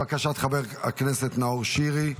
בבקשה, חבר הכנסת נאור שירי,